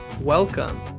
Welcome